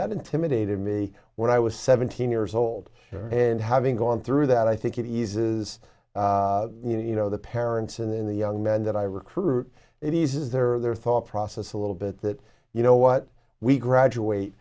that intimidated me when i was seventeen years old and having gone through that i think it eases you know the parents in the young men that i recruit it eases their thought process a little bit that you know what we graduate